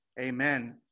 Amen